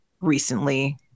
recently